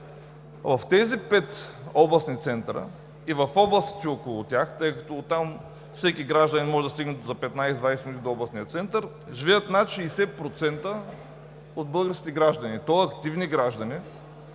В тези пет областни центъра и в областите около тях, тъй като оттам всеки гражданин може да стигне за 15 – 20 минути до областния център, живеят над 60% от българските граждани, и то активни граждани,